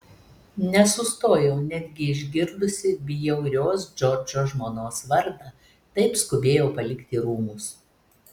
nesustojau netgi išgirdusi bjaurios džordžo žmonos vardą taip skubėjau palikti rūmus